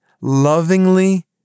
lovingly